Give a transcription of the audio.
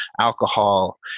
alcohol